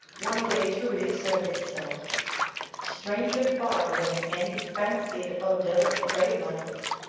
one day to reassert itself stranger far than any fancied odylic gravelights!